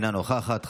אינה נוכחת,